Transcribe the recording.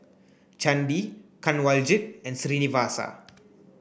Chandi Kanwaljit and Srinivasa